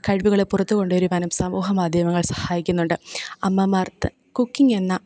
കഴിവുകൾ പുറത്തു കൊണ്ടു വരുവാനും സമൂഹ മാധ്യമങ്ങൾ സഹായിക്കുന്നുണ്ട് അമ്മമാർക്കു കുക്കിങ്ങെന്ന